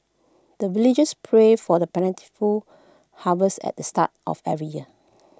the villagers pray for the plentiful harvest at the start of every year